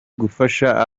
gufasha